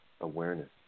awareness